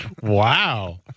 Wow